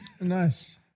Nice